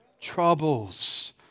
troubles